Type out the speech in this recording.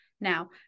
Now